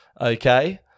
Okay